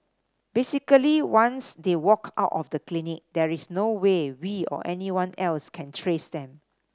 basically once they walk out of the clinic there is no way we or anyone else can trace them